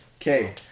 okay